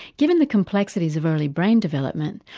given the complexities of early brain development,